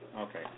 Okay